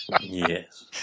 yes